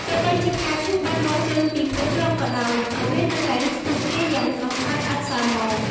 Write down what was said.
ទោះបីជាផ្កាឈូកបានដុះចេញពីភក់ជ្រាំក៏ដោយ ក៏វានៅតែរីកស្គុះស្គាយយ៉ាងស្រស់ស្អាតឥតសៅហ្មង។